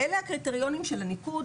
אלה הקריטריונים של הניקוד,